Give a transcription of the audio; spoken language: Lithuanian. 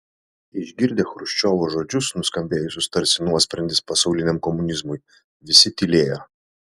išgirdę chruščiovo žodžius nuskambėjusius tarsi nuosprendis pasauliniam komunizmui visi tylėjo